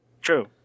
True